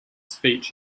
speech